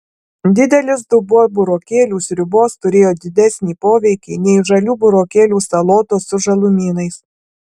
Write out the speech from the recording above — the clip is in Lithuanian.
didelis dubuo burokėlių sriubos turėjo didesnį poveikį nei žalių burokėlių salotos su žalumynais